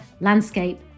landscape